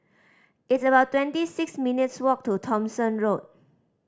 it's about twenty six minutes' walk to Thomson Road